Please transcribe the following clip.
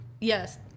Yes